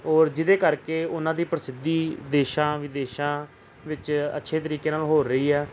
ਔਰ ਜਿਹਦੇ ਕਰਕੇ ਉਹਨਾਂ ਦੀ ਪ੍ਰਸਿੱਧੀ ਦੇਸ਼ਾਂ ਵਿਦੇਸ਼ਾਂ ਵਿੱਚ ਅੱਛੇ ਤਰੀਕੇ ਨਾਲ ਹੋ ਰਹੀ ਹੈ